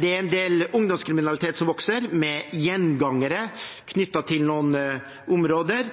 Det er en del ungdomskriminalitet som vokser, med gjengangere knyttet til noen områder,